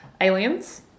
aliens